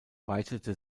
weitete